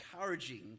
encouraging